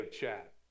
chat